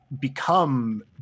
become